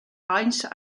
anys